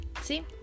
see